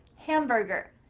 hamburger,